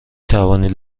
توانید